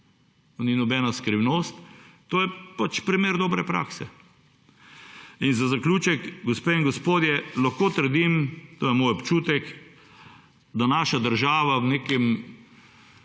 To je pač primer dobre prakse. Za zaključek, gospe in gospodje, lahko trdim, to je moj občutek, da naša država v neki